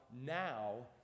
Now